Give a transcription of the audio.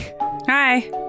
Hi